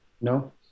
No